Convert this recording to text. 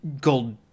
gold